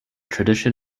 tradition